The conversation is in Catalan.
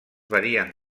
varien